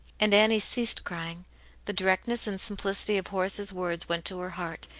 and annie ceased crying the directness and simplicity of horace's words went to her heart,